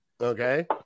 Okay